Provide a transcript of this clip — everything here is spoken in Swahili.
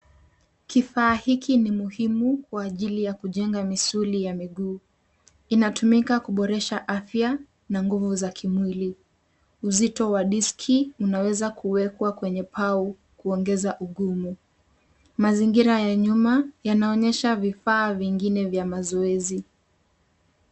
Kifaa hiki ni muhimu kwa ajili ya kujenga misuli ya miguu. Inatumika kuboresha afya na nguvu za kimwili. Uzito wa diski unaweza kuwekwa kwenye pau kuongeza ugumu. Mazingira ya nyuma yanaonyesha vifaa vingine vya mazoezi.